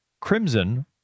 Crimson